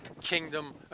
kingdom